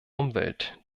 umwelt